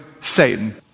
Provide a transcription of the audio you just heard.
Satan